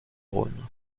rhône